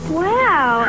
wow